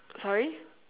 sorry